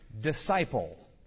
disciple